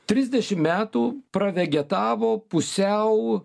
trisdešim metų pravegetavo pusiau